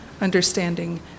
understanding